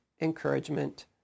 encouragement